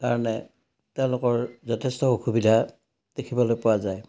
কাৰণে তেওঁলোকৰ যথেষ্ট অসুবিধা দেখিবলৈ পোৱা যায়